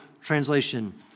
translation